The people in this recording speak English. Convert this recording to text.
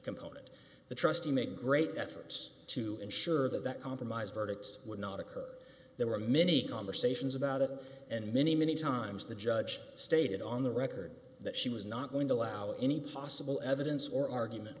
component the trustee make great efforts to ensure that that compromise verdicts would not occur there were many conversations about it and many many times the judge stated on the record that she was not going to allow any possible evidence or argument